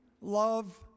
love